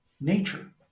nature